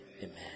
Amen